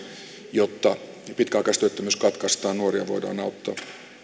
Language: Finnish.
jotta pitkäaikaistyöttömyys katkaistaan nuoria voidaan auttaa